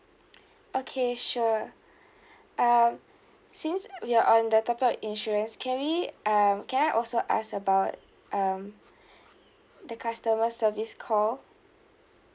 okay sure uh since we are on the topic of insurance can we um can I also ask about um the customer service call